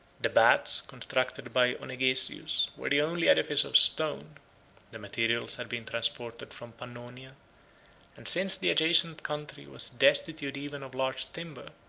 the baths, constructed by onegesius, were the only edifice of stone the materials had been transported from pannonia and since the adjacent country was destitute even of large timber,